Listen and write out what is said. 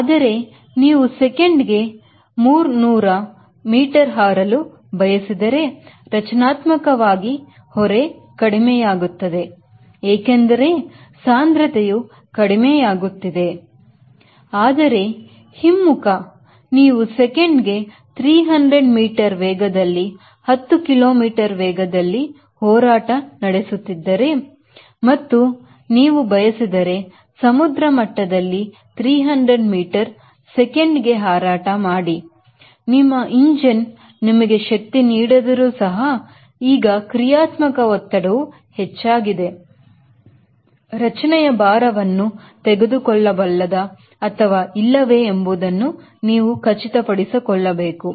ಆದರೆ ನೀವು second 300 metre ಹಾರಲು ಬಯಸಿದರೆ ರಚನಾತ್ಮಕ ಹೊರೆ ಕಡಿಮೆಯಾಗುತ್ತದೆ ಏಕೆಂದರೆ ಸಾಂದ್ರತೆಯು ಕಡಿಮೆಯಾಗುತ್ತಿದೆ ಆದರೆ ಹಿಮ್ಮುಖ ನೀವು ಸೆಕೆಂಡಿಗೆ 300 ಮೀಟರ್ ವೇಗದಲ್ಲಿ 10 ಕಿಲೋಮೀಟರ್ ವೇಗದಲ್ಲಿ ಹೋರಾಟ ನಡೆಸುತ್ತಿದ್ದರೆ ಮತ್ತು ನೀವು ಬಯಸಿದರೆ ಸಮುದ್ರಮಟ್ಟದಲ್ಲಿ 300 ಮೀಟರ್ ಸೆಕೆಂಡಿಗೆ ಹಾರಾಟ ಮಾಡಿ ನಿಮ್ಮ ಇಂಜಿನ್ ನಿಮಗೆ ಶಕ್ತಿ ನೀಡಿದ್ದರು ಸಹ ಈಗ ಕ್ರಿಯಾತ್ಮಕ ಒತ್ತಡವು ಹೆಚ್ಚಾಗಿದೆ ರಚನೆಯು ಭಾರವನ್ನು ತೆಗೆದುಕೊಳ್ಳಬಲದ ಅಥವಾ ಇಲ್ಲವೇ ಎಂಬುದನ್ನು ನೀವು ಖಚಿತಪಡಿಸಿಕೊಳ್ಳಬೇಕು